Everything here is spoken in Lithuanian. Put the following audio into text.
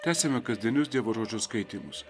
tęsiame kasdienius dievo žodžio skaitymus